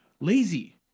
lazy